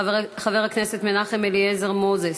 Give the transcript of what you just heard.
חבר הכנסת מנחם אליעזר מוזס,